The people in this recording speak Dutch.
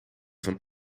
van